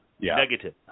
negative